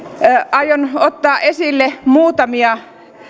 aion ottaa esille muutamia